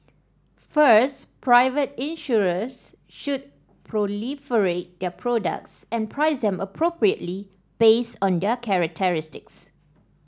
first private insurers should proliferate their products and price them appropriately based on their characteristics